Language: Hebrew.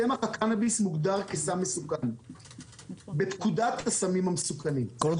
"..צמח הקנאביס מוגדר כסם מסוכן בפקודת הסמים המסוכנים.." כל